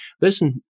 listen